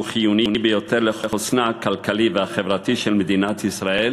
חיוני ביותר לחוסנה הכלכלי והחברתי של מדינת ישראל,